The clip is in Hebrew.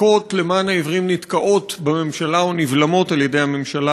חקיקות למען העיוורים נתקעות בממשלה או נבלמות על-ידי הממשלה.